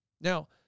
Now